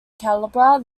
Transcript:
calibre